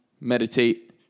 meditate